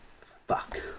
fuck